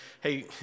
hey